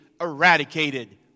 eradicated